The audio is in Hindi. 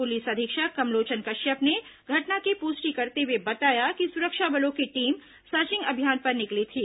पुलिस अधीक्षक कमलोचन कश्यप ने घटना की पुष्टि करते हुए बताया कि सुरक्षा बलों की टीम सर्चिंग अभियान पर निकली थी